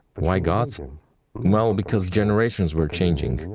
why gods? um well, because generations were changing,